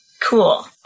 cool